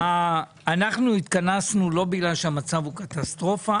אנחנו התכנסנו לא בגלל שהמצב הוא קטסטרופה,